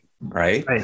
right